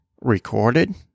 recorded